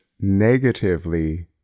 negatively